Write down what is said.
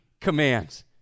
commands